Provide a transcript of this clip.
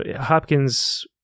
Hopkins